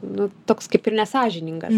nu toks kaip ir nesąžiningas